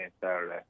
Saturday